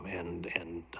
and ann,